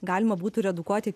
galima būtų redukuoti